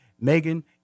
Megan